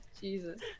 Jesus